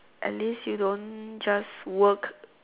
at least you don't just work